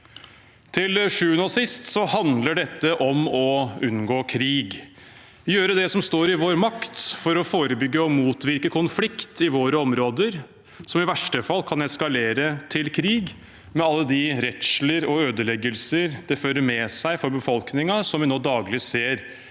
Til sjuende og sist handler dette om å unngå krig, om å gjøre det som står i vår makt for å forebygge og motvirke konflikt i våre områder, som i verste fall kan eskalere til krig, med alle de redsler og ødeleggelser det fører med seg for befolkningen, noe vi nå daglig ser